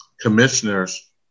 commissioners